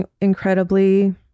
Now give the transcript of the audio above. incredibly